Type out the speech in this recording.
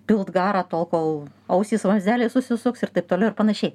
pilt garą tol kol ausys vamzdeliai susisuks ir taip toliau ir panašiai